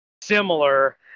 similar